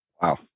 Wow